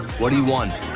what do you want?